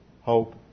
hope